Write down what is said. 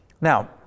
Now